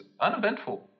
uneventful